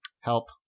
help